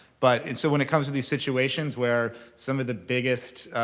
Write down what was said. but and so when it comes to these situations where some of the biggest,